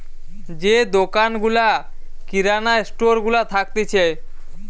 যে দোকান গুলা কিরানা স্টোর গুলা থাকতিছে